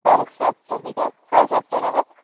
সাড়ে সাতটা বিকাল সাড়ে সাতটা নাগাদ